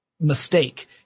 mistake